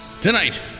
Tonight